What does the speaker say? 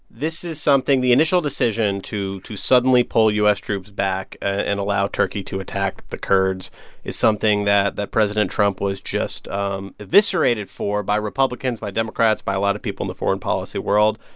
this is something the initial decision to to suddenly pull u s. troops back and allow turkey to attack the kurds is something that that president trump was just um eviscerated for by republicans, by democrats, by a lot of people in the foreign policy world.